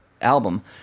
album